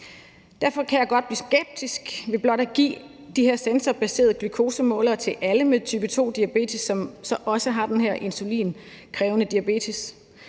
Derfor kan jeg godt blive skeptisk ved blot at give de her sensorbaserede glukosemålere til alle med type 2-diabetes, som så også har den her insulinkrævende diabetes.